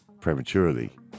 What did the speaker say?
prematurely